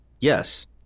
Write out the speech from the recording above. Yes